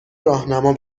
راهنما